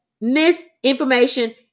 Misinformation